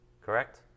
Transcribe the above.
correct